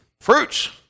Fruits